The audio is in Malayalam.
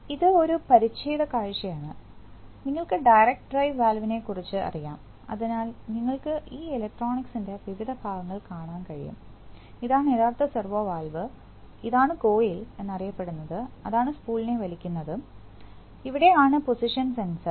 ഇത് ഒരു പരിച്ഛേദ കാഴ്ചയാണ് നിങ്ങൾക്ക് ഡയറക്റ്റ് ഡ്രൈവ് വാൽവിനെക്കുറിച്ച് അറിയാം അതിനാൽ നിങ്ങൾക്ക് ഈ ഇലക്ട്രോണിക്സ്ൻറെ വിവിധ ഭാഗങ്ങൾ കാണാൻ കഴിയും ഇതാണ് യഥാർത്ഥ സെർവോ വാൽവ് ഇതാണ് കോയിൽ എന്നറിയപ്പെടുന്നത് അതാണ് സ്പൂളിനെ വലിക്കുന്നതു ഇവിടെ ആണ് പൊസിഷൻ സെൻസർ